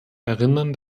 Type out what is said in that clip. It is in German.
erinnern